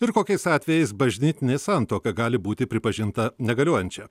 ir kokiais atvejais bažnytinė santuoka gali būti pripažinta negaliojančia